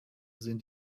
sind